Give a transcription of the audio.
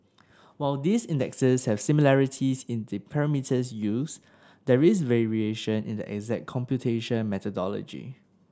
while these indexes have similarities in the parameters used there is variation in the exact computation methodology